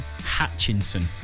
Hatchinson